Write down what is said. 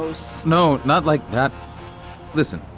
gross no, not like that listen.